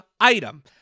item